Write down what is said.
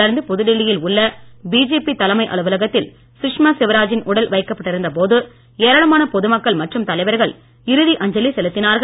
தொடர்ந்து புதுடெல்லியில் உள்ள பிஜேபி தலைமை அலுவலகத்தில் சுஷ்மா சுவராஜின் உடல் வைக்கப்பட்டிருந்த போது ஏராளமான பொதுமக்கள் மற்றும் தலைவர்கள் இறுதி அஞ்சலி செலுத்தினார்கள்